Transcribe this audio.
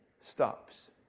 stops